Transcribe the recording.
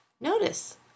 Notice